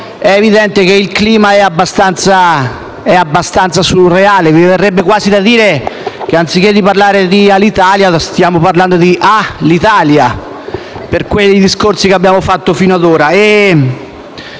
è evidente che il clima è abbastanza surreale. Mi verrebbe quasi da dire che, anziché parlare di Alitalia, stiamo parlando di "Ah, l'Italia" per quei discorsi che abbiamo fatto fino ad ora.